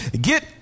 get